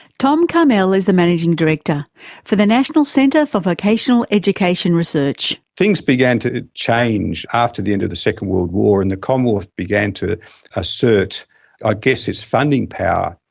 tom karmel is the managing director for the national centre for vocational education research. things began to change after the end of the second world war, and the commonwealth began to assert i ah guess its funding power.